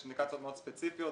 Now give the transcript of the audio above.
יש אינדיקציות מאוד ספציפיות.